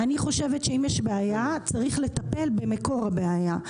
אני חושבת שאם יש בעיה צריך לטפל במקור הבעיה,